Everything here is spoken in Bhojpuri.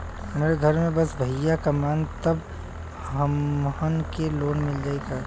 हमरे घर में बस भईया कमान तब हमहन के लोन मिल जाई का?